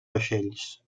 vaixells